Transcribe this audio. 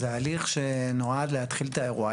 זה הליך שנועד להתחיל את האירוע.